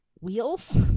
wheels